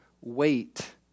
Wait